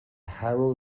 harrow